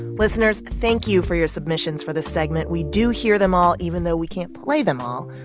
listeners, thank you for your submissions for the segment. we do hear them all even though we can't play them all.